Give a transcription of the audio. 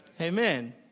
Amen